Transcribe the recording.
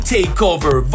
Takeover